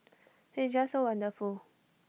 he's just so wonderful